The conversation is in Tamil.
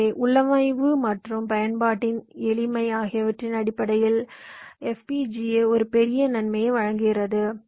எனவே உள்ளமைவு மற்றும் பயன்பாட்டின் எளிமை ஆகியவற்றின் அடிப்படையில் FPGA ஒரு பெரிய நன்மையை வழங்குகிறது